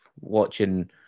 watching